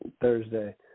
Thursday